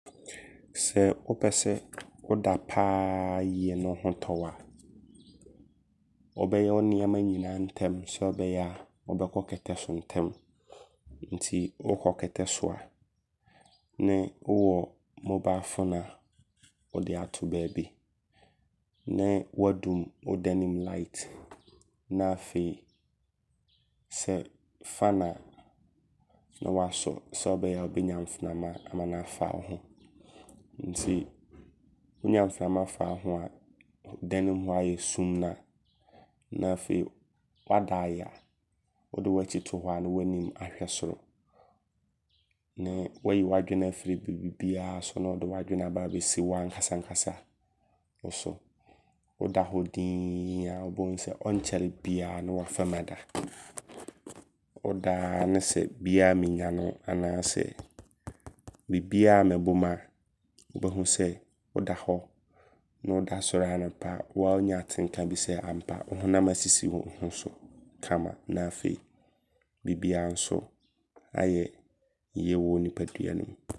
Sɛ wopɛsɛ woda paaa yie ne wo ho tɔ wo a. Wobɛyɛ wo nneɛma nyinaa ntɛm. Sɛ ɔbɛyɛ a wobɛkɔ kɛtɛ si ntɛm. Nti wokɔ so a ne wowɔ mobile phone a wode ato baabi ne wadum wo danemu light. Na afei sɛ fan a na wasɔ sɛ ɔbɛyɛ a wobɛnya mframa ama na afa wo ho. Nti wonya mframa fa wo ho a danem hɔ ayɛ sum no a na afei wada ayeya. Wode w'akyi to hɔ a ne w'anim ahwɛ soro. Ne wayi w'adwene afiri bibibiaa so ne wode w'adwene abɛsi wo ankasa ankasa wo so. Woda hɔ dinn a wobɛhu sɛ ɔnkyɛre biaa ne wafam ada. Wodaaa ne sɛ biaa ammɛnyane wo anaasɛ bibiaa ammɛbom a woda hɔ ne woda sɔre anɔpa a woaa wonya atenka bi sɛ ampa wo honam asisi wo ho so kama. Na afei bibiaa nso yie wɔ wo nipadua no mu.